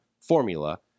formula